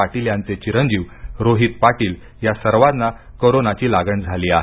पाटील यांचे चिरंजीव रोहित पाटील या सर्वांना कोरोनाची लागण झाली आहे